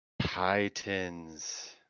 Titans